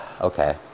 Okay